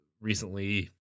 recently